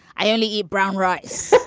i only eat brown rice